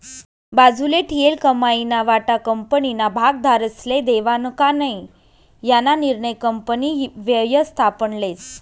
बाजूले ठीयेल कमाईना वाटा कंपनीना भागधारकस्ले देवानं का नै याना निर्णय कंपनी व्ययस्थापन लेस